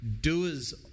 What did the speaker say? doers